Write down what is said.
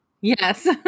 Yes